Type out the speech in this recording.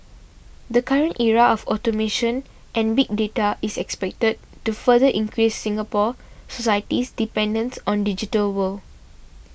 the current era of automation and big data is expected to further increase Singapore society's dependence on digital world